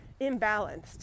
imbalanced